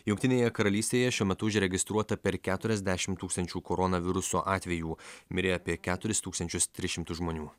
jungtinėje karalystėje šiuo metu užregistruota per keturiasdešim tūkstančių koronaviruso atvejų mirė apie keturis tūkstančius tris šimtus žmonių